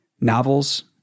novels